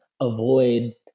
avoid